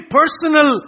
personal